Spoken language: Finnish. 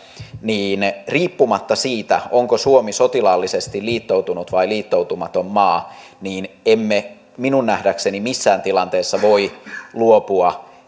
niin riippumatta siitä onko suomi sotilaallisesti liittoutunut vai liittoutumaton maa emme minun nähdäkseni missään tilanteessa voi luopua